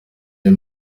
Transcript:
uyu